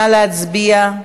נא להצביע.